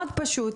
מאוד פשוט,